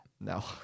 No